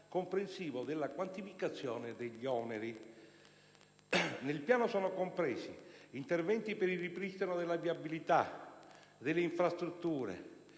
comprensivo della quantificazione degli oneri. Nel piano sono compresi interventi per il ripristino della viabilità, delle infrastrutture,